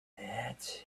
that